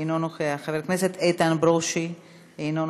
אינו נוכח,